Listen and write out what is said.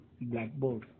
blackboard